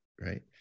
Right